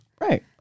Right